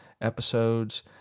episodes